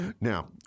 Now